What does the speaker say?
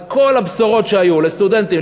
אז כל הבשורות שהיו לסטודנטים,